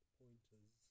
pointers